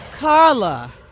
Carla